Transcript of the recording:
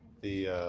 the